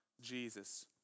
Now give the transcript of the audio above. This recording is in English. Jesus